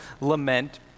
lament